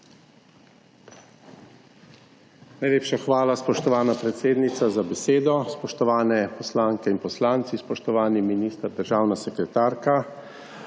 Najlepša hvala, spoštovana predsednica za besedo. Spoštovane poslanke in poslanci, spoštovani minister, državna sekretarka!